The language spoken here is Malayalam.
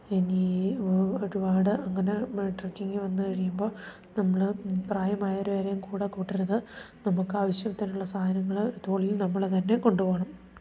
ഇനി ഒരുപാട് അങ്ങനെ ട്രക്കിങ്ങ് വന്ന് കഴിയുമ്പോൾ നമ്മൾ പ്രായമായവരാരെയും കൂടെ കൂട്ടരുത് നമുക്കാവശ്യത്തിനുള്ള സാധനങ്ങൾ തോളിൽ നമ്മൾ തന്നെ കൊണ്ടുപോകണം